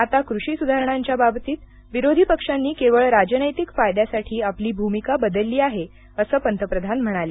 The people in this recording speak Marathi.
आता कृषी सुधारणांच्या बाबतीत विरोधी पक्षांनी केवळ राजनीतिक फायद्यासाठी आपली भूमिका बदलली आहे असं पंतप्रधान म्हणाले